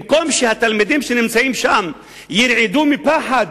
במקום שהתלמידים שנמצאים שם ירעדו מפחד,